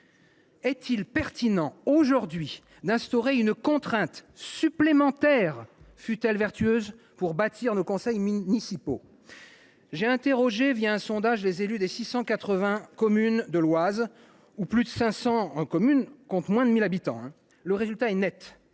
Est il pertinent aujourd’hui d’instaurer une contrainte supplémentaire, fût elle vertueuse, pour bâtir nos conseils municipaux ? J’ai interrogé par sondage les élus des 680 communes de l’Oise, parmi lesquelles 500 comptent moins de 1 000 habitants. Le résultat est net